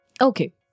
Okay